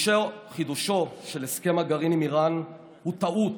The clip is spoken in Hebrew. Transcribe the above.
חידושו של הסכם הגרעין עם איראן הוא טעות,